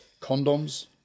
condoms